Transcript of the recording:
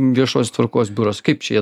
viešosios tvarkos biuras kaip čia jie